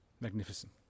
Magnificent